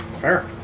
Fair